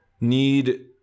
need